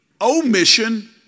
omission